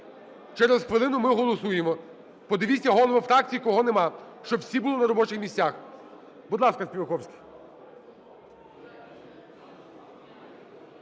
Через хвилину ми голосуємо. Подивіться, голови фракцій, кого немає, щоб всі були на робочих місцях. Будь ласка, Співаковський.